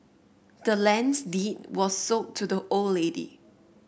the land's deed was sold to the old lady